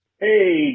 Hey